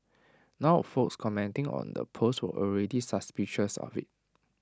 now folks commenting on the post were already suspicious of IT